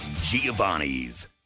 Giovanni's